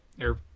Air